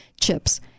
chips